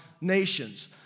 nations